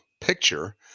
picture